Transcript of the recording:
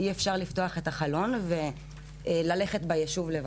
שאי-אפשר לפתוח את החלון וללכת ביישוב לבד.